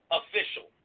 official